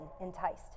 enticed